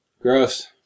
gross